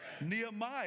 Nehemiah